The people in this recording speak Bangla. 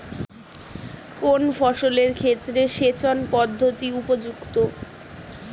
কোন ফসলের ক্ষেত্রে সেচন পদ্ধতি উপযুক্ত?